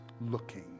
looking